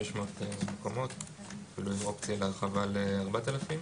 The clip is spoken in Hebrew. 2,600 מקומות עם אופציה להרחבה ל-4,000?